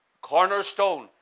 cornerstone